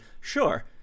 sure